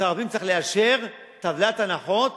שר הפנים צריך לאשר טבלת הנחות